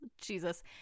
Jesus